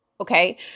okay